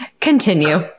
continue